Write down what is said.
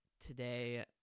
today